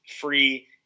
free